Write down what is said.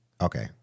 okay